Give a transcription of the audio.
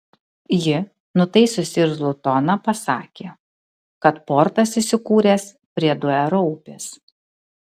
ji nutaisiusi irzlų toną pasakė kad portas įsikūręs prie duero upės